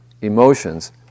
emotions